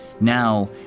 now